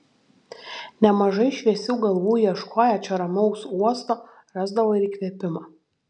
nemažai šviesių galvų ieškoję čia ramaus uosto rasdavo ir įkvėpimą